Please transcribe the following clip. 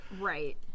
Right